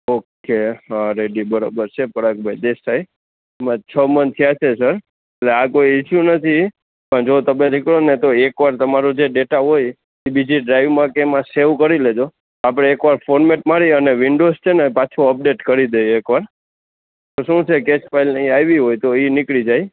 okay ready બરોબર છે પરાગભાઈ દેસાઈ ટૂંકમાં છ મન્થ થયાં છે સર આ કોઇ ઇસ્યુ નથી પણ જો તમે રે કો ન તો એક વાર તામરું જે ડેટા હોય એ બીજી ડ્રાઇવમાં કે એમાં સેવ કરી લેજો આપણે એક વાર ફોરમેટ મારી અને વિન્ડોસ છે ન પાછો અપડેટ કરી દઈએ એક વાર શું છે કે સ્પેલ કઈ આવી હોય તો એ નીકળી જાય